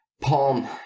Palm